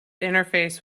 interface